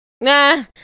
Nah